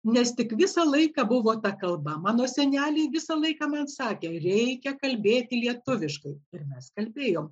nes tik visą laiką buvo ta kalba mano seneliai visą laiką man sakė reikia kalbėti lietuviškai ir mes kalbėjom